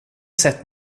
sett